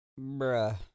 Bruh